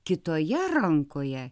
kitoje rankoje